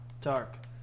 dark